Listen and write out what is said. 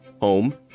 home